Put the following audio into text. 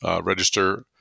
register